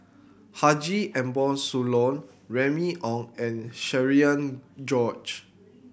Haji Ambo Sooloh Remy Ong and Cherian George